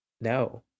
no